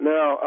Now